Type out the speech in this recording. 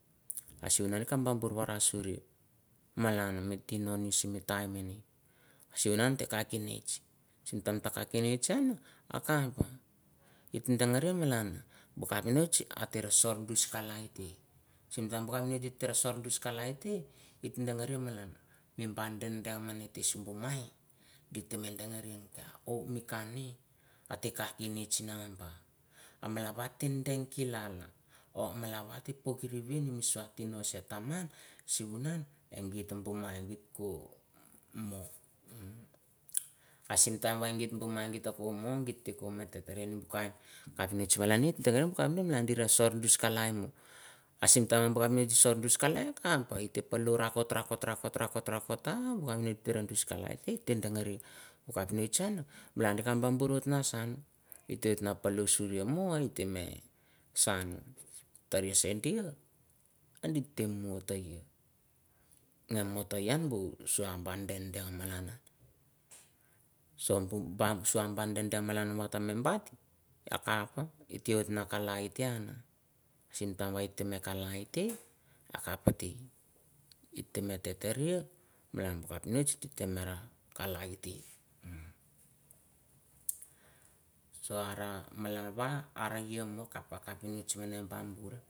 Ah suh nan kaph coh buh ras, suri malan mi toh nah sim time minih sim nan teh kahpunist. Sim time tah kahpunist han akaph, hateh dangereh malan buh kahpanist hoteh sohorr gus kahlai teh giteh dangreh malan. Mi bah teh dang meneh teh sibumai, hite dang kilalah or malan wha teh pok wiliwin himi soauh tih noh sah taman, sumunan, hangi tumtum mah eh ghi buh. Ah sim time wha git buh mah gat coh mon, geteh coh, meh teh tereh buh kain capnist malaneh, hite dangereh malan buh time neh dirah sorh dis cahlai moh, ah sim time buh capnist sorle dis cahlai kaph, ah iteh paloh rakot, rakot, rakot, rakot, rakot, rakot rah buh capnist gite rah kalai teh hete dangri buh capinist un. Malan ghi kaph bah bur whit nah sha un hit wit na paloh shuri moh hait meh sahn, yari shan doh, adita yeh she hi neh motoh yan buh soauh bar dang, dang malanau. Soh buh bah dang, dang malan wahat meh but akapt, hiteh whit nah kalai keh ahn, sim time waih ateh meh kalai teh akaph teh. Hite meh teh teh reh malan buh capnist dih teh meh rah kalai teh, soh arah malan wah arey yiah moh, kaph coh capnist menen bah bar.